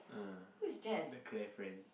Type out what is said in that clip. uh the Clair friend